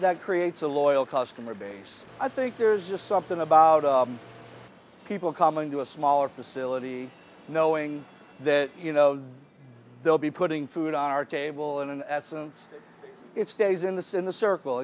that creates a loyal customer base i think there's just something about people coming to a smaller facility knowing that you know they'll be putting food on our table and in essence it stays in this in the circle